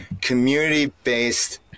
community-based